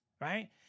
Right